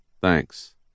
thanks